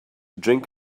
drink